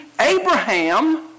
Abraham